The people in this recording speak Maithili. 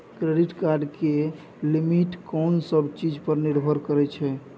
क्रेडिट कार्ड के लिमिट कोन सब चीज पर निर्भर करै छै?